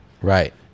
Right